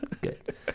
Good